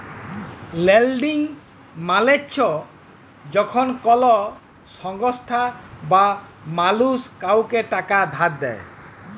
lending মালে চ্ছ যখল কল সংস্থা বা মালুস কাওকে টাকা ধার দেয়